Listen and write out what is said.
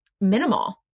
minimal